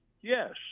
yes